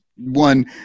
one